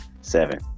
seven